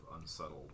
unsettled